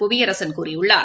புவியரசன் கூறியுள்ளார்